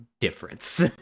difference